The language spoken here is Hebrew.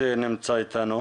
איתי,